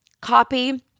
copy